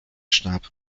starb